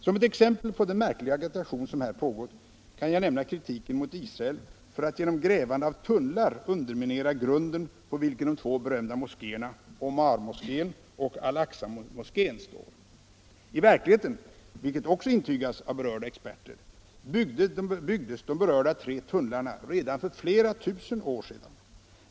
Som ett exempel på den märkliga agitation som här pågått kan jag nämna kritiken mot Israel för att genom grävande av tunnlar underminera grunden på vilken de två berömda moskéerna Omarmoskén och Al Aqsamoskén står. I verkligheten — vilket också intygats av berörda experter — byggdes de ifrågavarande tre tunnlarna redan för flera tusen år sedan.